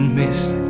missed